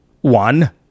One